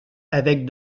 avec